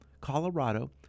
Colorado